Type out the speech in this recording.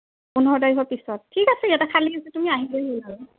পোন্ধৰ তাৰিখৰ পিছত ঠিক আছে ইয়াতে খালি আছে তুমি আহিলেই হ'ল আৰু